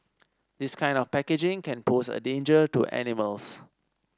this kind of packaging can pose a danger to animals